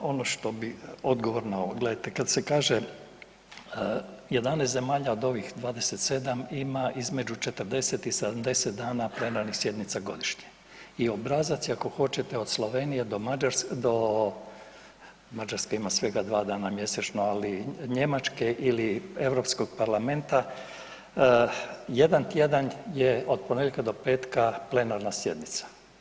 A ono što bih odgovorio na ovo, gledajte kada se kaže 11 zemalja od ovih 27 ima između 40 i 70 dana plenarnih sjednica godišnje i obrazac je ako hoćete od Slovenije do Mađarske, Mađarska ima svega dva dana mjesečno, ali Njemačke ili Europskog parlamenta jedan tjedan je od ponedjeljka do petka plenarna sjednica.